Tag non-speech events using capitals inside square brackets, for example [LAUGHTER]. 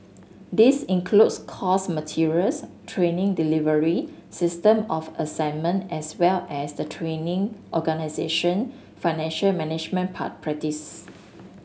this includes course materials training delivery system of assessment as well as the training organisation financial management [UNINTELLIGIBLE] practice